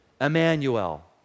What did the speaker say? Emmanuel